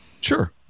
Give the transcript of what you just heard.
sure